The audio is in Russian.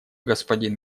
господин